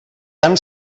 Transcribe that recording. tan